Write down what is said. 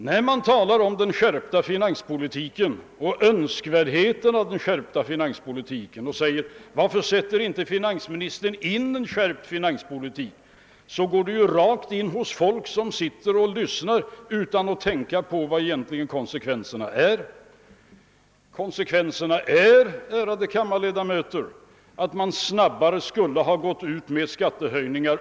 När man talar om den skärpta finanspolitiken och önskvärdheten av en sådan och säger »varför sätter inte finansministern in en skärpt finanspoli tik» går det rakt in hos folk som sitter och lyssnar utan att de tänker på vad konsekvenserna egentligen skulle bli. De skulle, ärade kammarledamöter, bli att man snabbare skulle ha gått ut med skattehöjningar.